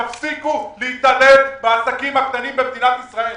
תפסיקו להתעלל בעסקים הקטנים במדינת ישראל,